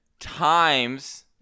Times